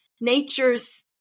nature's